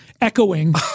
echoing